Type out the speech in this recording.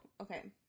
okay